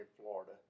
Florida